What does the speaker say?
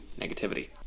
negativity